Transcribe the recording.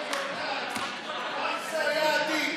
זה היה עדין.